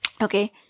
Okay